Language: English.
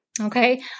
okay